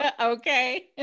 Okay